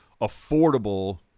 affordable